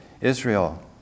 Israel